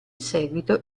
seguito